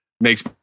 makes